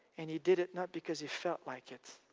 and he did it not because he felt like it,